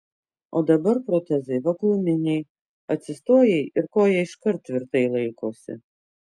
o dabar protezai vakuuminiai atsistojai ir koja iškart tvirtai laikosi